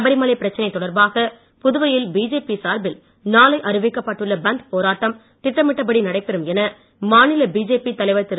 சபரிமலை பிரச்சனை தொடர்பாக புதுவையில் பிஜேபி சார்பில் நாளை அறிவிக்கப்பட்டுள்ள பந்த் போராட்டம் திட்டமிட்ட படி நடைபெறும் என மாநில பிஜேபி தலைவர் திரு